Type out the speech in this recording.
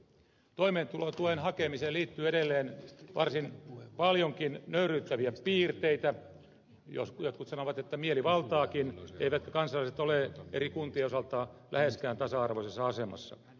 toimeentulotuen hakemiseen liittyy edelleen varsin paljonkin nöyryyttäviä piirteitä jotkut sanovat että mielivaltaakin eivätkä kansalaiset ole eri kuntien osalta läheskään tasa arvoisessa asemassa